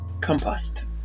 compost